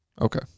Okay